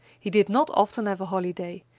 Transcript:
he did not often have a holiday,